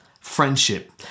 friendship